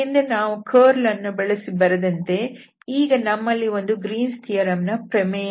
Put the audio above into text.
ಹಿಂದೆ ನಾವು ಕರ್ಲ್ ಅನ್ನು ಬಳಸಿ ಬರೆದಂತೆ ಈಗ ನಮ್ಮಲ್ಲಿ ಒಂದು ಗ್ರೀನ್ಸ್ ಥಿಯರಂ Green's theorem ನ ಪ್ರಮೇಯವಿದೆ